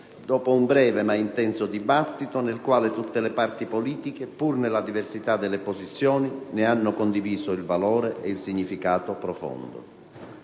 dopo un breve ma intenso dibattito nel quale tutte le parti politiche, pur nella diversità delle posizioni, ne hanno condiviso il valore e il significato profondo.